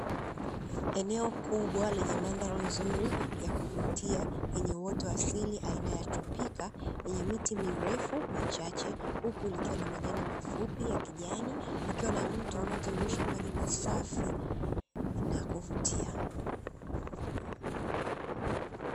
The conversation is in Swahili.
Eneo kubwa lenye mandhari nzuri ya kuvutia yenye uoto wa asili aina ya tropika yenye miti mirefu michache, huku likiwa na majani mafupi ya kijani huku pakiwa na mto unaotiririsha maji masafi na ya kuvutia.